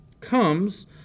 comes